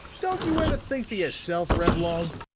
don't you ever think for yourself, reblong?